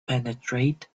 penetrate